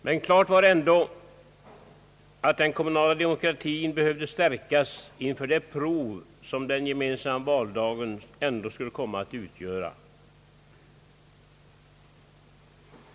Men klart var ändå att den kommunala demokratin behövde stärkas inför det prov som den gemensamma valdagen skulle komma att utgöra.